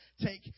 Take